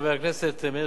שר האוצר לשעבר,